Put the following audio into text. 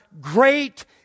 great